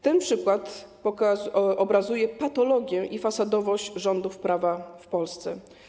Ten przykład obrazuje patologię i fasadowość rządów prawa w Polsce.